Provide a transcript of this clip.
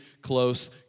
close